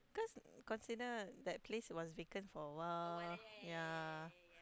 cause consider that place was vacant for a while ya